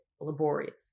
laborious